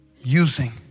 using